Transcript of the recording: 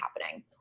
happening